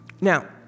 Now